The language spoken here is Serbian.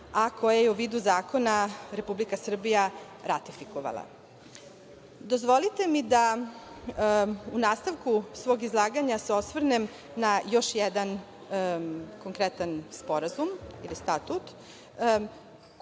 a koje je u vidu zakona Republika Srbija ratifikovala. Dozvolite mi da u nastavku svog izlaganja se osvrnem na još jedan konkretan sporazum ili statut.